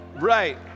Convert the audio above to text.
Right